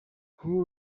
who